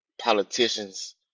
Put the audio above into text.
politicians